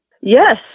Yes